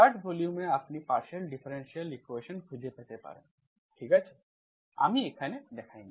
3rd ভলিউমে আপনি partial differential equations খুঁজে পেতে পারেন ঠিক আছে আমি এখানে দেখাইনি